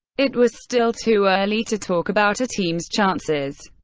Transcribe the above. it was still too early to talk about a team's chances.